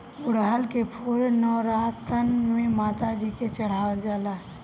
गुड़हल के फूल नवरातन में माता जी के चढ़ावल जाला